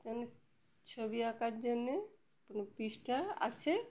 কোনো ছবি আঁকার জন্যে কোনো পৃষ্ঠা আছে